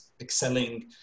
excelling